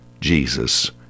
Jesus